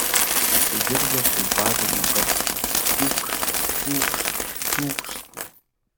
pasigirdo pumpavimo garsas čiūkšt čiūkšt čiūkšt